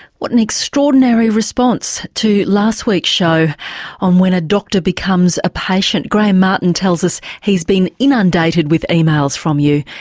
what an extraordinary response to last week's show on when a doctor becomes a patient. graham martin tells us he's been inundated with emails from you,